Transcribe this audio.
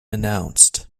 announced